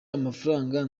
amafaranga